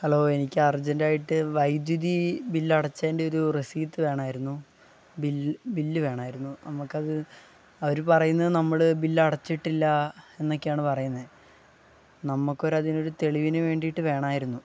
hello എനിക്കർജൻ്റായിട്ട് വൈദ്യുതി ബില്ലടച്ചതിൻ്റെ ഒരു റെസീറ്റ് വേണമായിരുന്നു ബിൽ ബില്ല് വേണമായിരുന്നു നമ്മള്ക്കത് അവര് പറയുന്നത് നമ്മള് ബില്ലടച്ചിട്ടില്ല എന്നക്കെയാണു പറയുന്നത് നമ്മള്ക്കൊരതിനൊരു തെളിവിനു വേണ്ടിയിട്ട് വേണമായിരുന്നു